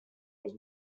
was